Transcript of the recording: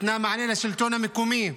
נתנה מענה לשלטון המקומי,